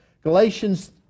Galatians